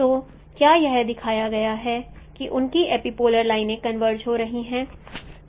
तो क्या यह दिखाया गया है कि उनकी एपिपोलर लाइनें कन्वर्ज हो रही हैं